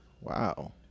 Wow